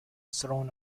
throne